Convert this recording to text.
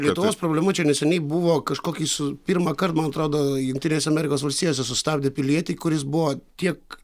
lietuvos problema čia neseniai buvo kažkokį su pirmąkart man atrodo jungtinėse amerikos valstijose sustabdė pilietį kuris buvo tiek